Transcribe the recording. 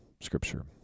scripture